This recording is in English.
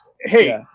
hey